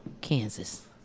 Kansas